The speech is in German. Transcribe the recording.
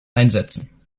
einsetzen